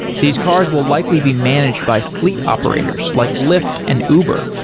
these cars will likely be managed by fleet operators, like lyft and uber.